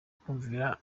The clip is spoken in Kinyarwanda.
kumvira